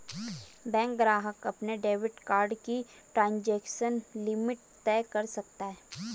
bank ग्राहक अपने debit card की ट्रांज़ैक्शन लिमिट तय कर सकता है